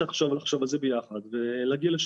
צריך לחשוב על זה ביחד ולהגיע לאיזה